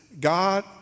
God